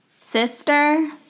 sister